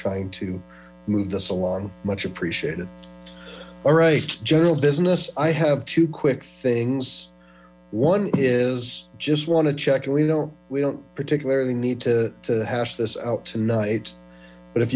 trying to move this along much appreciated all right general business i have two quick things one is just want to check and we don't we don't particularly need to hash this out tonight but if